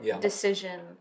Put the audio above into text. decision